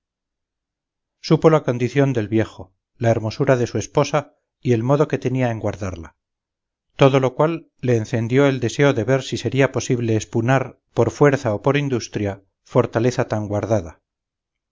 supo la condición del viejo la hermosura de su esposa y el modo que tenía en guardarla todo lo cual le encendió el deseo de ver si sería posible expunar por fuerza o por industria fortaleza tan guardada